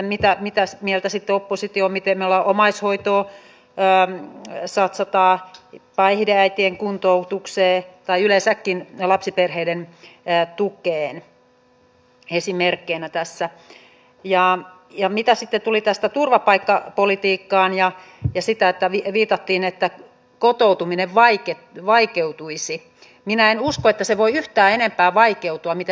toki koulutukseen ja sitten näihin investointipuolen rahoituksiin tulee leikkauksia niin kuin joka ikiseen sektoriin valtion puolella joudutaan nyt tekemään mutta tärkeintä olisi tämä mahdollistaminen ja tämä yhteistyön tekeminen ja se että työmarkkinoiden kanssa sitä oppimista pitää tapahtua paljon enemmän jatkossa varsinkin ammatillisella puolella